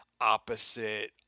opposite